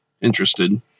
interested